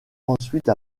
ensuite